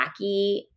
wacky